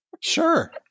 Sure